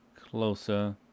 Closer